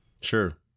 Sure